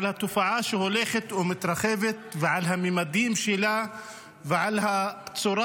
על התופעה שהולכת ומתרחבת ועל הממדים שלה ועל הצורה